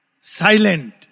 Silent